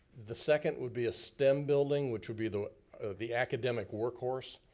the second would be a stem building which would be the the academic workhorse,